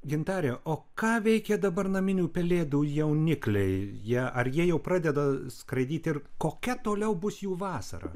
gintare o ką veikia dabar naminių pelėdų jaunikliai jie ar jie jau pradeda skraidyti ir kokia toliau bus jų vasara